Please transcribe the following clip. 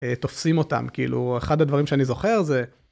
תופסים אותם. כאילו, אחד הדברים שאני זוכר, זה...